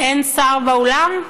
אין שר באולם?